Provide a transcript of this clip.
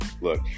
Look